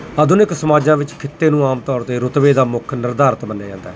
ਆਧੁਨਿਕ ਸਮਾਜਾਂ ਵਿੱਚ ਖਿੱਤੇ ਨੂੰ ਆਮ ਤੌਰ 'ਤੇ ਰੁਤਬੇ ਦਾ ਮੁੱਖ ਨਿਰਧਾਰਿਤ ਮੰਨਿਆ ਜਾਂਦਾ ਹੈ